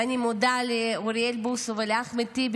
ואני מודה לאוריאל בוסו ולאחמד טיבי